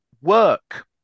work